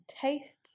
tastes